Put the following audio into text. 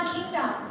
Kingdom